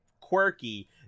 quirky